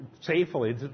safely